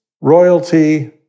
royalty